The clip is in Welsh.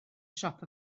siop